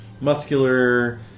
muscular